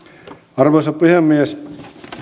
arvoisa puhemies